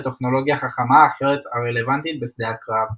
וטכנולוגיה חכמה אחרת הרלוונטית בשדה הקרב.